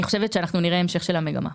אני חושבת שנראה המשך של המגמה.